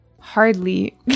Hardly